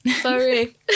Sorry